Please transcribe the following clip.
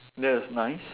that is nice